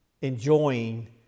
enjoying